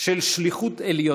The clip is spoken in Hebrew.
של שליחות עליונה,